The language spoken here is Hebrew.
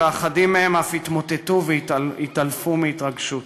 ואחדים מהם אף התמוטטו והתעלפו מהתרגשות.